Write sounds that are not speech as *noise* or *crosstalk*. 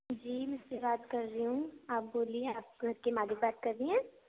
جی *unintelligible* سے بات کر رہی ہوں آپ بولیے آپ گھر کی مالک بات کر رہی ہیں